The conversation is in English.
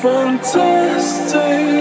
Fantastic